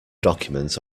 document